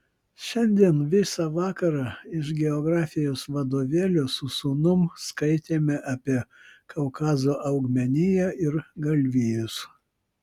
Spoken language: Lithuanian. šiandien visą vakarą iš geografijos vadovėlio su sūnum skaitėme apie kaukazo augmeniją ir galvijus